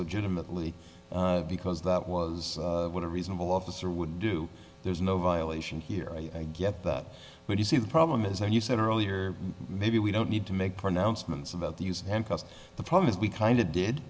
legitimately because that was what a reasonable officer would do there's no violation here i get that when you see the problem is that you said earlier maybe we don't need to make pronouncements about the use and cause the problem is we kind of did